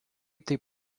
taip